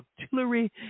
artillery